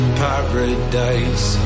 paradise